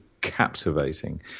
captivating